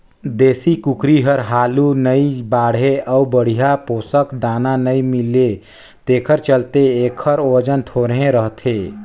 देसी कुकरी हर हालु नइ बाढ़े अउ बड़िहा पोसक दाना नइ मिले तेखर चलते एखर ओजन थोरहें रहथे